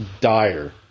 dire